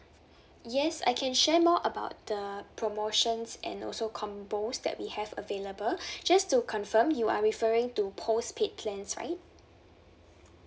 yes I can share more about the promotions and also combos that we have available just to confirm you are referring to postpaid plans right